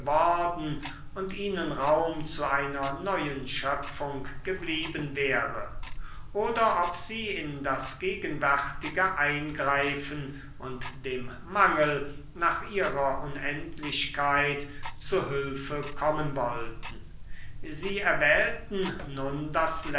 und ihnen raum zu einer neuen schöpfung geblieben wäre oder ob sie in das gegenwärtige eingreifen und dem mangel nach ihrer unendlichkeit zu hülfe kommen wollten sie erwählten nun